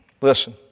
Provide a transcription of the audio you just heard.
Listen